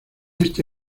este